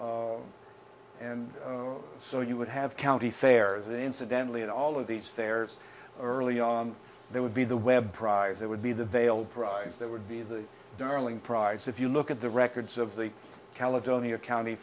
and so you would have county fairs incidentally and all of these fairs early on there would be the web prize that would be the veil prize that would be the darling prize if you look at the records of the caledonia county